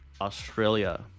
Australia